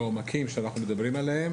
לעומקים שאנחנו מדברים עליהם